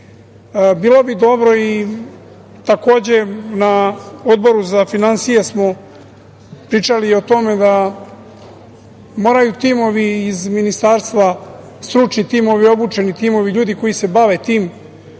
gde. Bilo bi dobro, takođe i na Odboru za finansije smo pričali o tome, da moraju timovi iz ministarstva, stručni timovi, obučeni timovi, ljudi koji se bave tim